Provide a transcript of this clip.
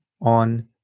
on